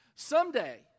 Someday